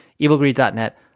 Evilgreed.net